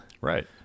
right